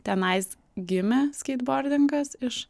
tenais gimė skeitbordingas iš